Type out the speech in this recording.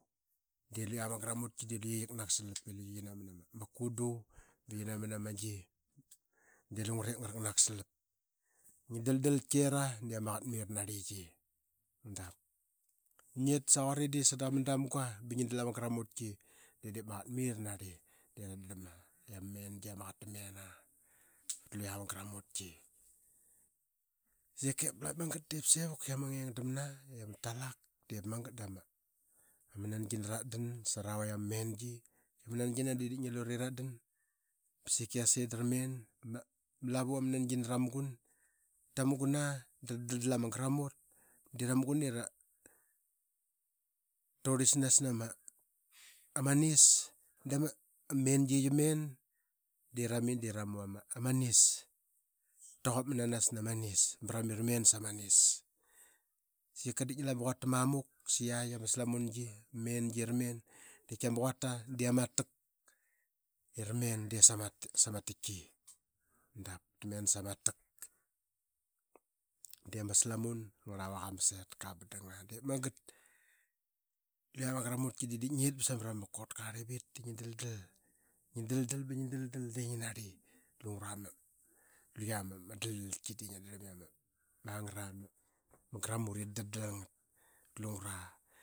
De luya ma gramutki de luye qaknak salap luye. Qanamana ma kundu ba ma gi de lungre ngaraknak salap. Ngi daldalki era de ama qaqet mai ra narliqi da ngit. Saquridi qua sadama dam gua ba ngi dal ama gramutki de dip qaqet mai ra narli de ratdarlam aa i ama mengia i ama qaqet tamen. Da luya ma gramutki siki ip lep magat damngeng damna ip ma talak bai ip magat dama naggina rat dan sara vaik ama mengi. Ama mangina de biip ngi lureratdan ba siika yase dama lavu ama nangina ramugun. Ta muguna da ra daldal ama gramut de ra mugun aa i nurlisnas nama anis. Da ma mengi i yia men de rami de rami ama nis. Taquap menanas nama nis ba rami ramen sama nis. Sika ngi lu ama quata mamauk sa qaik ama slamungi, ama mengi i ramen i ama quata de ama tak. I ramen de sama taki, diip ta men sama tak de ama slamun angarlavak aa masetka ba danga. Diip magat da luqa ma garamutki de diip ngit samra ma kotka arlim biut da ngia daldal. Ngi daldal da ngi narli lungra luya ma daldalki de ngiat darlam i ama ngra gramut ira dadalangat.